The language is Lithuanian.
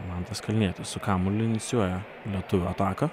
mantas kalnietis su kamuoliu inicijuoja lietuvių ataką